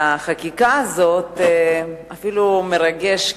מהחקיקה הזאת זה אפילו מרגש,